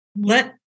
let